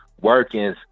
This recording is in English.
working